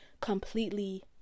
completely